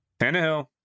Tannehill